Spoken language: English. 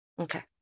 Okay